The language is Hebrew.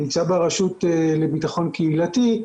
נמצא ברשות לביטחון קהילתי,